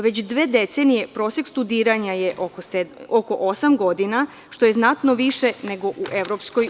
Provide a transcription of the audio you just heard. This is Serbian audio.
Već dve decenije prosek studiranja je oko osam godina, što je znatno više nego u EU.